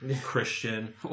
Christian